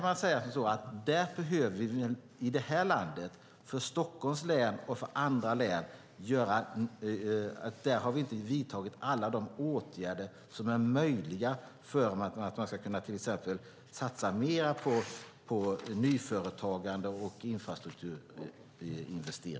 När det gäller Stockholms län, liksom andra län, har vi inte vidtagit alla de åtgärder som är möjliga. Man ska till exempel kunna satsa mer på nyföretagande och infrastruktur.